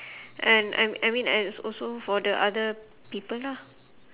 and and I mean it's also for the other people lah